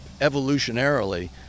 evolutionarily